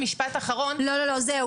משפט אחרון --- לא לא לא, זהו.